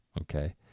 okay